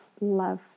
love